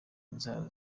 inzara